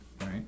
right